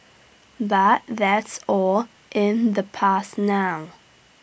but that's all in the past now